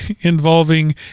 involving